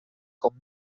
com